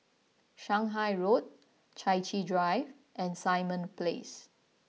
Shanghai Road Chai Chee Drive and Simon Place